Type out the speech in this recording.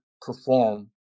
perform